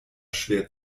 schwer